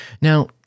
Now